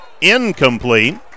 incomplete